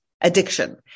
addiction